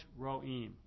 ro'im